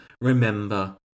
remember